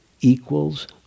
equals